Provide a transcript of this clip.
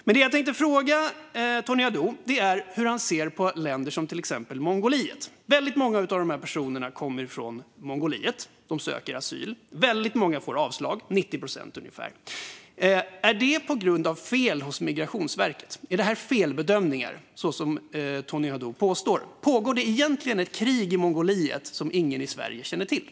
Hur ser Tony Haddou på länder som till exempel Mongoliet? Många av dessa personer som söker asyl kommer från Mongoliet, och 90 procent av dem får avslag. Är det på grund av fel hos Migrationsverket? Är det felbedömningar, som Tony Haddou påstår? Pågår det egentligen ett krig i Mongoliet som ingen i Sverige känner till?